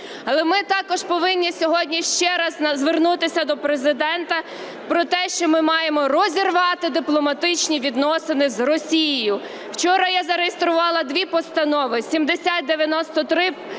Але ми також повинні сьогодні ще раз звернутися до Президента про те, що ми маємо розірвати дипломатичні відносини з Росією. Вчора я зареєструвала дві постанови: 7093